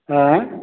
है